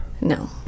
No